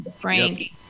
Frank